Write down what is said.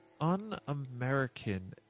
un-American